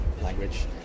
language